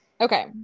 okay